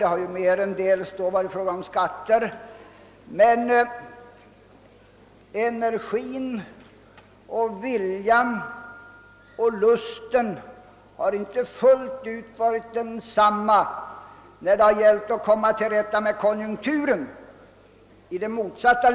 Merendels har det då varit fråga om skatter, men nu när det gäller att komma till rätta med konjunkturen i det motsatta läget, är vil jan och energin inte fullt ut desamma.